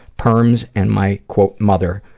perms and my quote, mother,